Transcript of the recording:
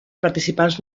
participants